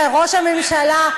אז ראש הממשלה,